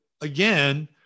again